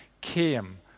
came